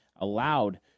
allowed